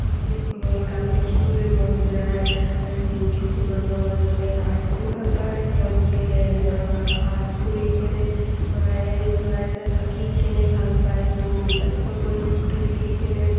শিল্পীসকলৰ গান লিখিবলৈ মন যায় আৰু কিছুমানৰ যোনে আৰ্ট কৰি ভাল পায় তেওঁলোকে আৰ্ট কৰি কেনে চৰাই চৰাই যাক আঁকি কেনে ভাল পায় তো ৰাতিপুৱা পৰিৱেশটো দেখি কেনে